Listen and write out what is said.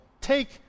take